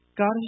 God